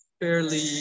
fairly